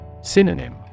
Synonym